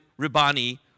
Ribani